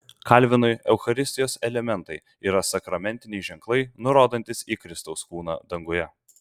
kalvinui eucharistijos elementai yra sakramentiniai ženklai nurodantys į kristaus kūną danguje